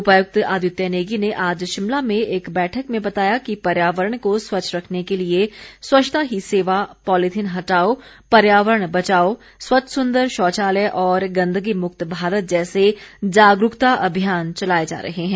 उपायुक्त आदित्य नेगी ने आज शिमला में एक बैठक में बताया कि पर्यावरण को स्वच्छ रखने के लिए स्वच्छता ही सेवा पॉलीथीन हटाओ पर्यावरण बचाओ स्वच्छ सुंदर शौचालय और गंदगी मुक्त भारत जैसे जागरूकता अभियान चलाए जा रहे हैं